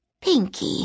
Pinky